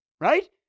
Right